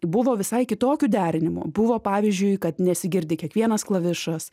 buvo visai kitokių derinimų buvo pavyzdžiui kad nesigirdi kiekvienas klavišas